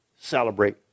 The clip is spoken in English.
celebrate